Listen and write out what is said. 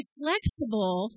flexible